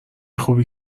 خوبی